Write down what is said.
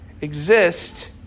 exist